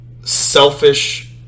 selfish